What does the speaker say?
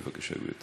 בבקשה, גברתי.